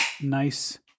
nice